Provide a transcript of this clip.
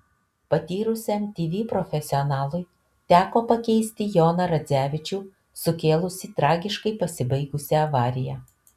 patyrusiam tv profesionalui teko pakeisti joną radzevičių sukėlusį tragiškai pasibaigusią avariją